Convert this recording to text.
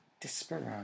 Disparate